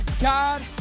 God